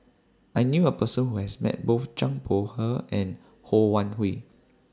I knew A Person Who has Met Both Zhang Bohe and Ho Wan Hui